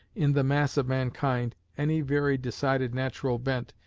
in the mass of mankind, any very decided natural bent,